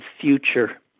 future